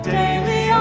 daily